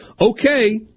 okay